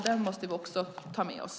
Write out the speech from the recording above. Den måste vi också ta med oss.